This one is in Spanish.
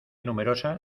numerosa